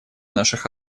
наших